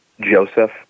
joseph